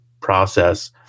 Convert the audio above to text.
process